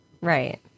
Right